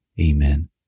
Amen